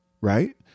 right